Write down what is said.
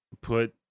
put